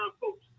folks